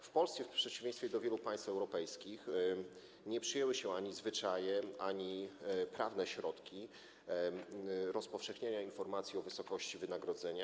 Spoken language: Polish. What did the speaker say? W Polsce, w przeciwieństwie do wielu państw europejskich, nie przyjęły się ani zwyczaje, ani prawne środki rozpowszechniania informacji o wysokości wynagrodzenia.